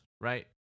right